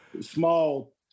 small